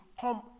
come